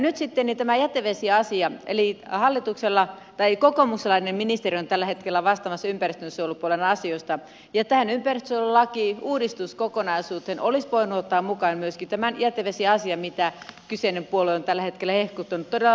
nyt sitten tämä jätevesiasia eli kokoomuslainen ministeri on tällä hetkellä vastaamassa ympäristönsuojelupuolen asioista ja tähän ympäristönsuojelulakiuudistuskokonaisuuteen olisi voinut ottaa mukaan myöskin tämän jätevesiasian mitä kyseinen puolue on tällä hetkellä hehkuttanut todella paljon